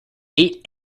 eight